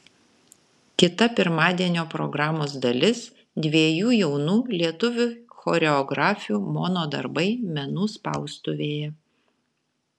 kita pirmadienio programos dalis dviejų jaunų lietuvių choreografių mono darbai menų spaustuvėje